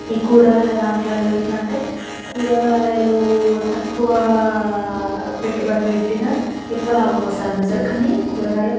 ఈ కూరగాయల దాంట్లలో ఎట్ల అంటే కూరగాయలూ తక్కువా పెట్టుబడి పెట్టిన ఎక్కువ లాభం వస్తుంది కానీ కూరగాయలకు